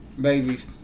babies